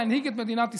להנהיג את מדינת ישראל.